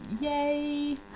Yay